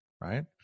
right